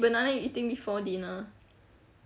banana you eating before dinner